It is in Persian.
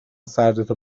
سردتو